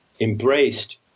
embraced